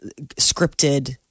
scripted